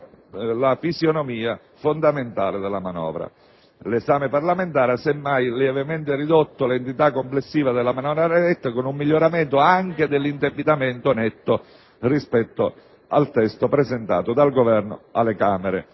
la fisionomia della manovra. L'esame parlamentare ha semmai lievemente ridotto l'entità complessiva della manovra netta, con un miglioramento dell'indebitamento netto, rispetto al testo presentato dal Governo alle Camere,